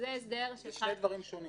זה שני דברים שונים.